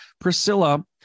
Priscilla